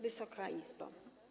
Wysoka Izbo!